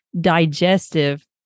digestive